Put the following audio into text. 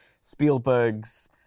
Spielberg's